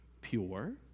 pure